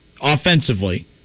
offensively